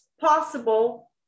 possible